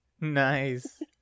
Nice